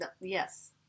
Yes